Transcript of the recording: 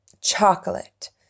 chocolate